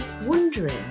wondering